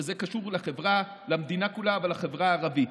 וזה קשור למדינה כולה ולחברה הערבית,